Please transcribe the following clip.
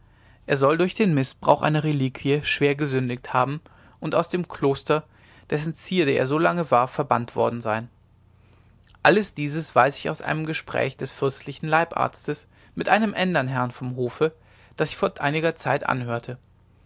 er soll durch den mißbrauch einer reliquie schwer gesündigt haben und aus dem kloster dessen zierde er so lange war verbannt worden sein alles dieses weiß ich aus einem gespräch des fürstlichen leibarztes mit einem ändern herrn vom hofe das ich vor einiger zeit anhörte